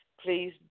Please